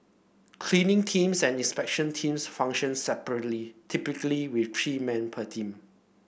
cleaning teams and inspection teams function separately typically with three men per team